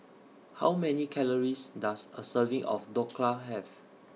How Many Calories Does A Serving of Dhokla Have